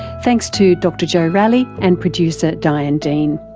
thanks to dr joe ralley and producer diane dean.